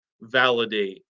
validate